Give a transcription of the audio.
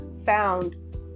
Found